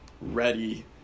ready